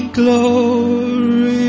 glory